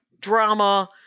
drama